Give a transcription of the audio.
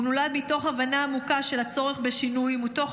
הוא נולד מתוך הבנה עמוקה של הצורך בשינוי ומתוך